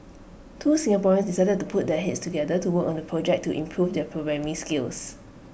two Singaporeans decided to put their heads together to work on A project to improve their programming skills